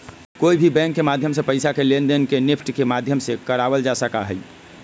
कोई भी बैंक के माध्यम से पैसा के लेनदेन के नेफ्ट के माध्यम से करावल जा सका हई